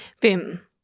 bim